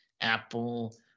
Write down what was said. Apple